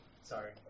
Sorry